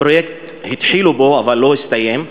הפרויקט, התחילו בו אבל הוא לא הסתיים,